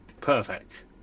Perfect